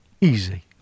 Easy